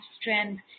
strength